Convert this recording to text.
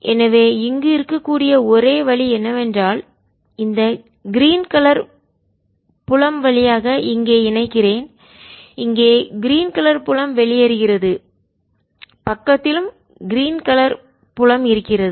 எனவே அங்கு இருக்கக்கூடிய ஒரே வழி என்னவென்றால் இந்த கிரீன் கலர் புலம் வழியாக இங்கே இணைக்கிறேன் இங்கே கிரீன் கலர் புலம் வெளியேறுகிறது பக்கத்தில் கிரீன் கலர் புலம் இருக்கிறது